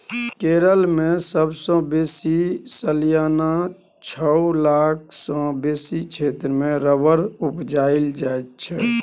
केरल मे सबसँ बेसी सलियाना छअ लाख सँ बेसी क्षेत्र मे रबर उपजाएल जाइ छै